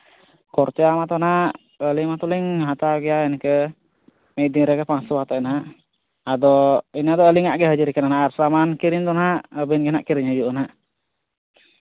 ᱠᱷᱚᱨᱪᱟ ᱢᱟᱛᱚ ᱦᱟᱸᱜ ᱟᱹᱞᱤᱧ ᱢᱟᱛᱚ ᱞᱤᱧ ᱦᱟᱛᱟᱣ ᱜᱮᱭᱟ ᱤᱱᱠᱟᱹ ᱢᱤᱫ ᱫᱤᱱ ᱨᱮᱜᱮ ᱯᱟᱸᱥᱥᱳ ᱠᱟᱛᱮᱫ ᱦᱟᱸᱜ ᱟᱫᱚ ᱤᱱᱟᱹ ᱫᱚ ᱟᱹᱞᱤᱧᱟᱜ ᱜᱮ ᱦᱟᱹᱡᱽᱨᱤ ᱠᱟᱱᱟ ᱦᱟᱸᱜ ᱟᱫᱚ ᱥᱟᱢᱟᱱ ᱠᱤᱨᱤᱧ ᱫᱚ ᱦᱟᱸᱜ ᱟᱹᱵᱤᱱᱜᱮ ᱦᱟᱸᱜ ᱠᱤᱨᱤᱧ ᱦᱩᱭᱩᱜᱼᱟ ᱦᱟᱸᱜ